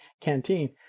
canteen